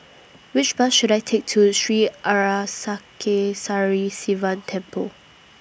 Which Bus should I Take to Sri Arasakesari Sivan Temple